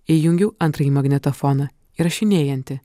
įjungiau antrąjį magnetofoną įrašinėjantį